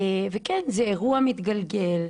וכן, זה אירוע מתגלגל.